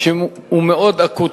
שהוא מאוד אקוטי,